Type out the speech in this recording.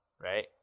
right